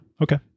Okay